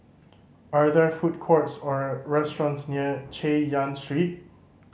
are there food courts or restaurants near Chay Yan Street